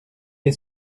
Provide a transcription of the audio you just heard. est